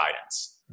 guidance